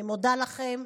אני מודה לכם.